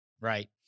right